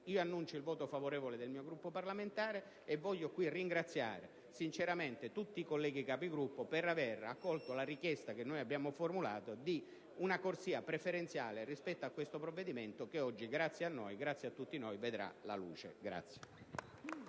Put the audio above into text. pertanto il voto favorevole del mio Gruppo parlamentare e voglio ringraziare sinceramente tutti i colleghi Capigruppo per aver accolto la richiesta che noi abbiamo formulato di una corsia preferenziale per il provvedimento in esame che oggi, grazie a tutti noi, vedrà la luce.